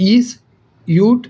ease out